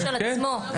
כן.